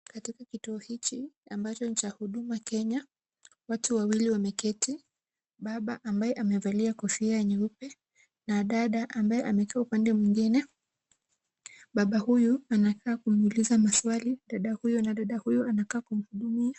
Katika kituo hichi ambacho ni cha huduma Kenya, watu wawili wameketi. Baba ambaye amevalia kofia nyeupe na dada ambaye amekaa upande mwingine. Baba huyu anakaa kumuliza maswali dada huyo na dada huyo anakaa kumhudumia.